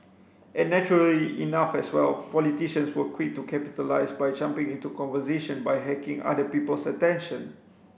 and naturally enough as well politicians were quick to capitalise by jumping into conversation by hacking other people's attention